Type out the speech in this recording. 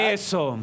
eso